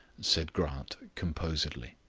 said grant composedly.